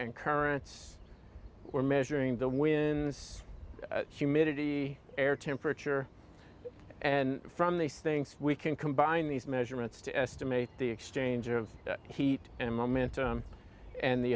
and currents we're measuring the winds humidity air temperature and from these things we can combine these measurements to estimate the exchange of heat and momentum and the